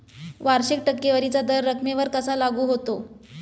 वार्षिक टक्केवारीचा दर रकमेवर कसा लागू होतो?